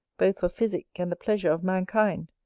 both for physick and the pleasure of mankind!